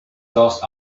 lost